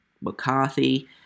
McCarthy